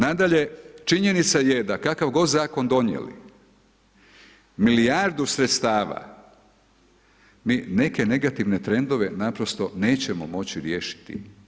Nadalje, činjenica je da kakav god zakon donijeli, milijardu sredstava, mi neke negativne trendove naprosto nećemo moći riješiti.